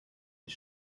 his